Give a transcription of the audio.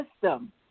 system